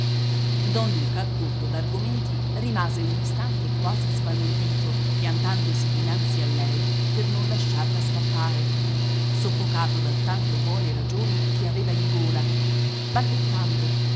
a corto d'argomenti rimase un istante quasi sbalordito piantandosi dinanzi a lei per non lasciarla scappare soffocato da tante buone ragioni che aveva in gola balbettando